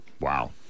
Wow